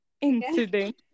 incident